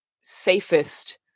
safest